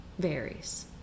Varies